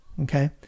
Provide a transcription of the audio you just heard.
okay